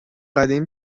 قدیم